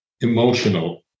emotional